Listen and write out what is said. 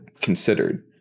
considered